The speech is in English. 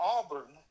Auburn